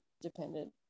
dependent